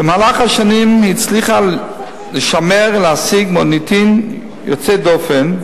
במהלך השנים היא הצליחה לשמר ולהשיג מוניטין יוצא דופן,